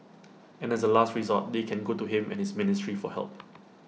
and as A last resort they can go to him and his ministry for help